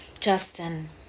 Justin